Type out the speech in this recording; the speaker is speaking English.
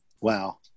Wow